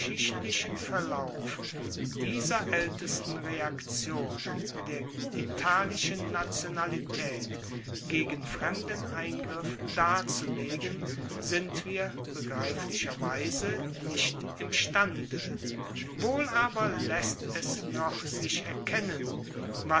verlauf dieser aeltesten reaktion der italischen nationalitaet gegen fremden eingriff darzulegen sind wir begreiflicherweise nicht imstande wohl aber laesst es noch sich erkennen